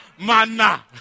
manna